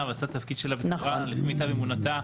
ועשתה את התפקיד שלה לפי מיטב אמונתה.